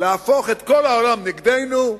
להפוך את כל העולם נגדנו.